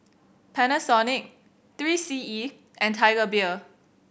Panasonic Three C E and Tiger Beer